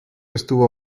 estuvo